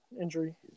injury